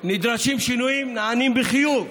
ואם נדרשים שינויים, נענים בחיוב.